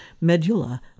Medulla